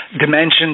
dimensions